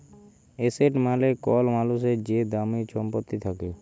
asset মালে কল মালুসের যে দামি ছম্পত্তি থ্যাকে